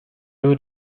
would